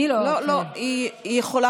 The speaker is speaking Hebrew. אני לא, לא, היא יכולה.